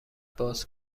باز